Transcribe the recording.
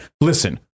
listen